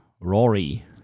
Rory